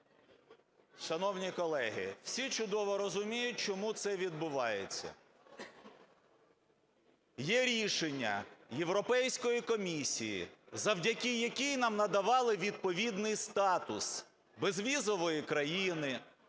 Шановні колеги, всі чудово розуміють, чому це відбувається. Є рішення Європейської комісії, завдяки якій нам надавали відповідний статус безвізової країни,